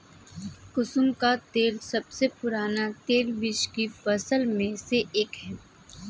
कुसुम का तेल सबसे पुराने तेलबीज की फसल में से एक है